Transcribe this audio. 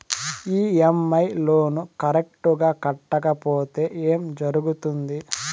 EMI loan correct గా కట్టకపోతే ఏం జరుగుతుంది